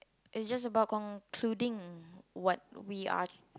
it's just about concluding what we are